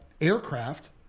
aircraft